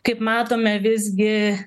kaip matome visgi